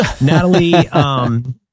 Natalie